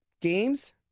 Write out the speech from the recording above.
games